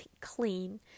clean